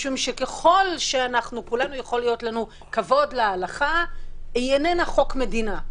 לכולנו יכול שתהיה כבוד להלכה אולם היא איננה חוק מדינה.